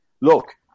look